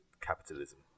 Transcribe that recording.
capitalism